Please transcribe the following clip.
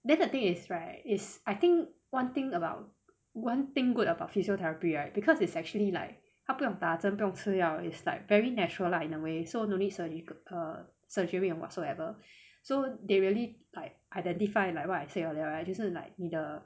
then the thing is right is I think one thing about one thing good about physiotherapy right because it's actually like 他不用打针不用吃药 is like very natural lah in a way so don't need surgical err surgery or whatsoever so they really like identify like what I say there right 就是 like 你的